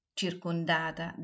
circondata